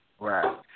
Right